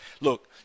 look